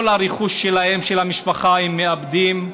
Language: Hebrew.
את כל הרכוש שלהם, של המשפחה, הם מאבדים.